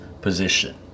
position